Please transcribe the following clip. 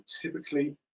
typically